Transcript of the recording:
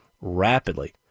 rapidly